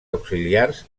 auxiliars